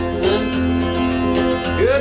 Good